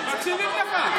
מקשיבים לך.